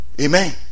amen